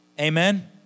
Amen